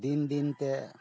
ᱫᱤᱱ ᱫᱤᱱ ᱛᱮ